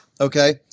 Okay